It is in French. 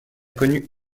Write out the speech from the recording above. connu